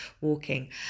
walking